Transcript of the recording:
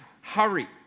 hurry